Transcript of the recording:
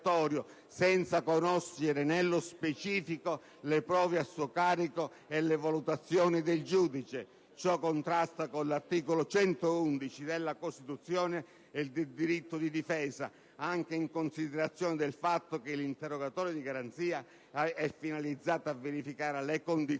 senza conoscere nello specifico le prove a suo carico e le valutazioni del giudice. Ciò contrasta con l'articolo 111 della Costituzione e con il diritto di difesa, anche in considerazione del fatto che l'interrogatorio di garanzia è finalizzato a verificare le condizioni